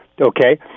okay